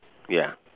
ya